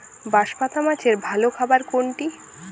বাঁশপাতা মাছের ভালো খাবার কোনটি?